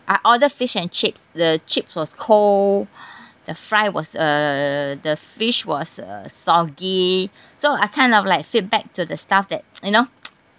I order fish and chips the chips was cold the fry was uh the fish was uh soggy so I kind of like feedback to the staff that you know